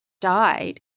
died